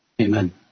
Amen